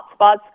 hotspots